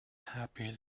happy